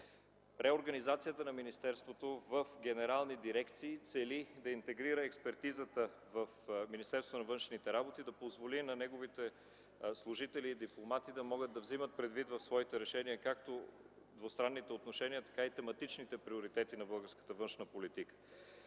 Реорганизацията на министерството в генерални дирекции цели да интегрира експертизата в Министерството на външните работи, да позволи на неговите служители и дипломати да могат да вземат предвид в своите решения както двустранните отношения, така и тематичните приоритети на българската